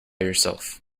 yourself